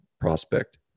prospect